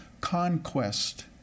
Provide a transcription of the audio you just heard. conquest